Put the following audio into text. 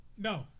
No